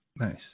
nice